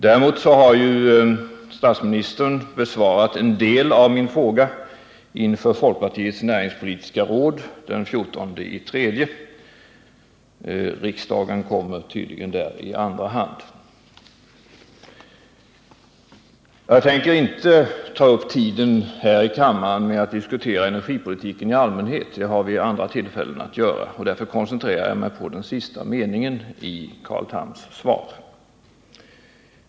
Däremot har statsministern besvarat en del av min fråga inför folkpartiets näringspolitiska råd den 14 mars. Riksdagen kommer tydligen i andra hand. Jag tänker inte ta upp tiden här i kammaren med att diskutera energipolitiken i allmänhet — det har vi andra tillfällen att göra. Därför koncentrerar jag mig på den sista meningen i Carl Thams svar.